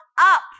up